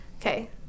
okay